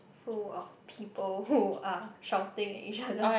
full of people who are shouting at each other